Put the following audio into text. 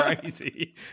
crazy